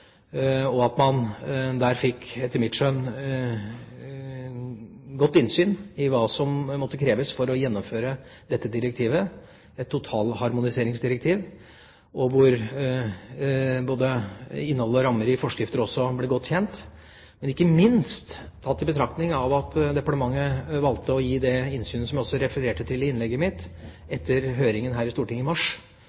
og når man der, etter mitt skjønn, fikk godt innsyn i hva som måtte kreves for å gjennomføre dette direktivet, et totalharmoniseringsdirektiv, hvor både innhold og rammer i forskrifter ble godt kjent – og ikke minst tatt i betraktning at departementet valgte å gi det innsynet som jeg også refererte til i innlegget mitt,